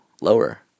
lower